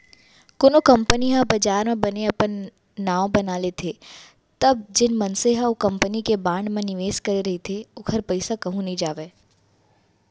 कोनो कंपनी ह बजार म बने अपन नांव बना लेथे तब जेन मनसे ह ओ कंपनी के बांड म निवेस करे रहिथे ओखर पइसा कहूँ नइ जावय